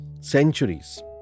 centuries